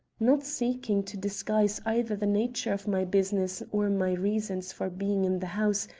not seeking to disguise either the nature of my business or my reasons for being in the house,